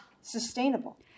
sustainable